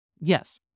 Yes